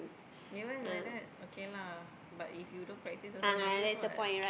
even like that okay lah but if you don't practice also no use what